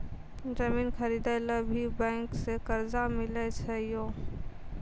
जमीन खरीदे ला भी बैंक से कर्जा मिले छै यो?